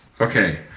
Okay